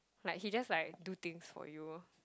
like he just like do things for you